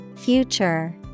Future